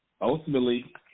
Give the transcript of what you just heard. Ultimately